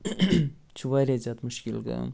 چھُ وارِیاہ زیادٕ مُشکِل کٲم